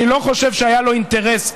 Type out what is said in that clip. אני לא חושב שהיה לו אינטרס,